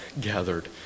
gathered